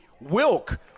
Wilk